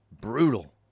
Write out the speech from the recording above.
brutal